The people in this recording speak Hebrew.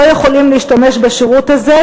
לא יכולים להשתמש בשירות הזה,